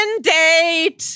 date